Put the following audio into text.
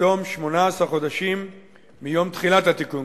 בתום 18 חודשים מיום תחילת התיקון,